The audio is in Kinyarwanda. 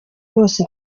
bose